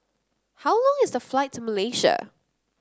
how long is the flight to Malaysia